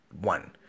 one